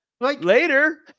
Later